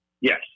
Yes